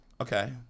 Okay